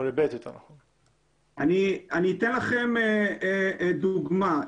אני אתן לכם דוגמה.